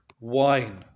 wine